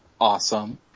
awesome